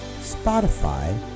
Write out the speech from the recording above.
Spotify